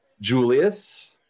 Julius